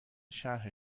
شرح